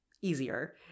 easier